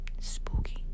Spooky